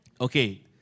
Okay